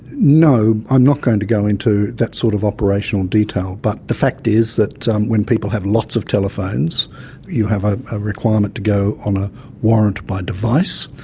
no, i'm not going to go into that sort of operational detail, but the fact is that um when people have lots of telephones you have ah a requirement to go on a warrant by device.